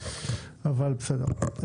אבל בסדר.